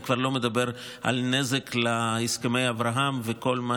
אני כבר לא מדבר על הנזק להסכמי אברהם וכל מה